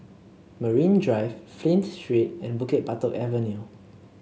Marine Drive Flint Street and Bukit Batok Avenue